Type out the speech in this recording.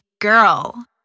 girl